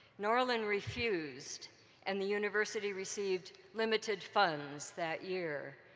norlin refused and the university received limited funds that year.